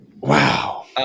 Wow